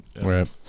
Right